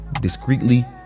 discreetly